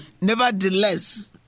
Nevertheless